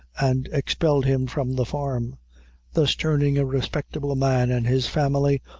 and expelled him from the farm thus turning a respectable man and his family,